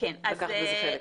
לקחת בזה חלק?